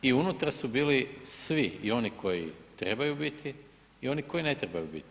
I unutra su bili svi i oni koji trebaju biti i oni koji ne trebaju biti.